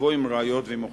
לבוא עם ראיות ועם הוכחות.